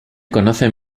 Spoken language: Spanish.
conocen